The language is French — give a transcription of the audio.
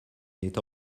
n’est